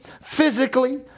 physically